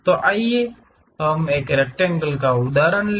तो आइए हम एक रेक्टेंगल का उदाहरण लें